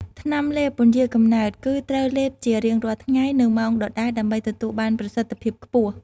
ថ្នាំលេបពន្យារកំណើត គឺត្រូវលេបជារៀងរាល់ថ្ងៃនៅម៉ោងដដែលដើម្បីទទួលបានប្រសិទ្ធភាពខ្ពស់។